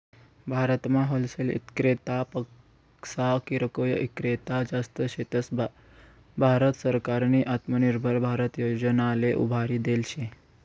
भारतमा होलसेल इक्रेतापक्सा किरकोय ईक्रेता जास्त शेतस, भारत सरकारनी आत्मनिर्भर भारत योजनाले उभारी देल शे